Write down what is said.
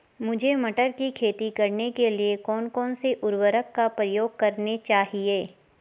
मुझे मटर की खेती करने के लिए कौन कौन से उर्वरक का प्रयोग करने चाहिए?